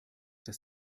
dass